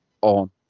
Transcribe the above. on